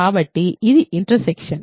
కాబట్టి అది ఇంటర్సెక్షన్